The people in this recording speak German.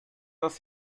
dass